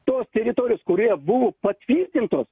tos teritorijos kurioje buvo patvirtintos